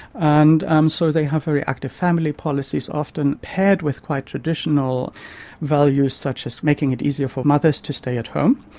and um so they have very active family policies often paired with quite traditional values such as making it easier for mothers to stay at home.